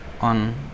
on